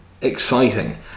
exciting